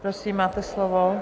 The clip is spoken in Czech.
Prosím, máte slovo.